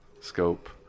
scope